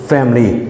Family